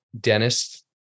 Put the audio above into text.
dentist